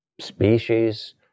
species